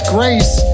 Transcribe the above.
Grace